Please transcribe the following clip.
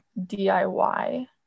DIY